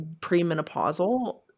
premenopausal